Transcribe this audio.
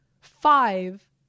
five